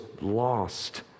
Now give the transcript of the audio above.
lost